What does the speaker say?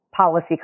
policy